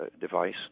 device